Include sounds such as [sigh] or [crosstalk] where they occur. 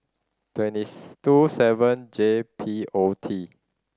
twenty [unintelligible] two seven J P O T